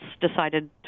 decided